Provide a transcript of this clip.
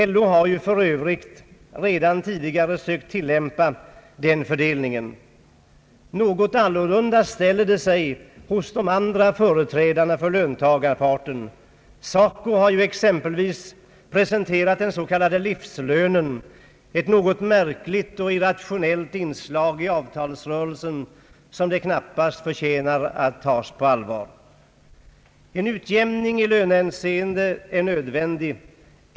LO har för övrigt redan tidigare sökt tillämpa den fördelningen. Något annorlunda ställer det sig hos de andra företrädarna för löntagarparten. SACO har exempelvis presenterat den s.k. livslönen, ett något märkligt och irrationellt inslag i avtalsrörelsen, som dock knappast förtjänar att tas på allvar. En utjämning i lönehänseende är nödvändig.